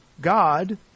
God